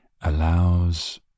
allows